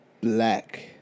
black